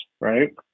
right